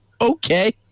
Okay